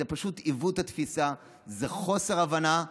זה פשוט עיוות התפיסה, זה חוסר הבנה,